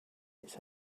its